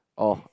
oh